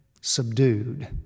subdued